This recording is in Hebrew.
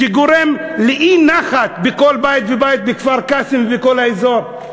שגורם לאי-נחת בכל בית ובית בכפר-קאסם ובכל האזור.